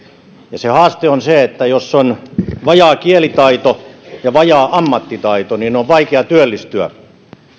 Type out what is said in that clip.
ja se haaste on se että jos on vajaa kielitaito ja vajaa ammattitaito niin on vaikeaa työllistyä